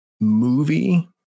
movie